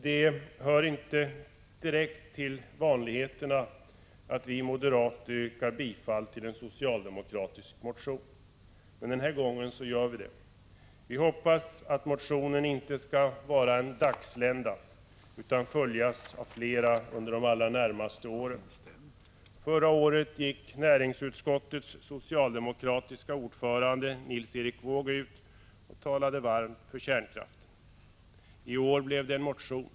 Det hör inte direkt till vanligheterna att vi moderater yrkar bifall till en socialdemokratisk motion, men denna gång gör vi det. Vi hoppas att motionen inte skall vara en dagslända, utan att den skall följas av flera under de allra närmaste åren. Förra året gick näringsutskottets socialdemokratiske ordförande Nils Erik Wååg ut och talade varmt för kärnkraften. I år blev det en motion.